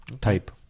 Type